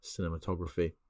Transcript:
cinematography